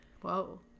Whoa